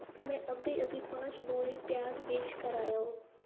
मैं अभी अभी पांच बोरी प्याज बेच कर आया हूं